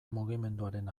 mugimenduaren